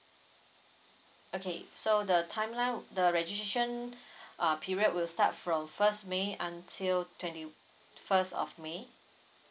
okay so the timeline the registration err period will start from first may until twenty first of may